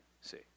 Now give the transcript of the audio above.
See